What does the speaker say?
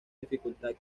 dificultad